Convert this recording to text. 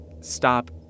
stop